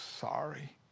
sorry